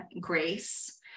grace